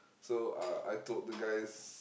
so uh I told the guys